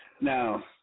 Now